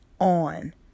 on